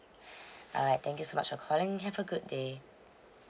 alright thank you so much for calling have a good day